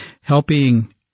helping